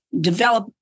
develop